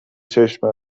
چشم